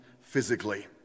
physically